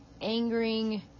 angering